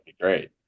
Great